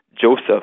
joseph